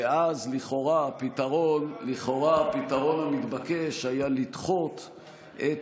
ואז לכאורה הפתרון המתבקש היה לדחות את